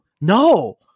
No